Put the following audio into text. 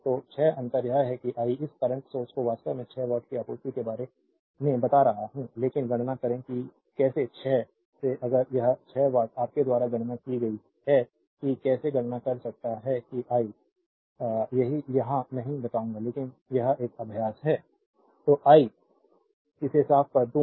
तो 6 अंतर यह है कि आई इस करंट सोर्स को वास्तव में 6 वाट की आपूर्ति के बारे में बता रहा हूं लेकिन गणना करें कि कैसे 6 से अगर वह 6 वाट आपके द्वारा गणना की गई है कि कैसे गणना कर सकता है कि आई यहां नहीं बताऊंगा लेकिन यह एक अभ्यास है तो आई इसे साफ कर दूं